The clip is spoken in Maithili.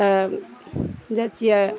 तब जाइ छियै